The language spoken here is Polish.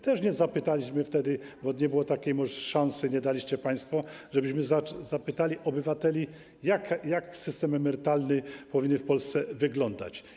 Też nie zapytaliśmy wtedy, bo nie było takiej szansy, nie daliście jej państwo, żebyśmy zapytali obywateli, jak system emerytalny powinien w Polsce wyglądać.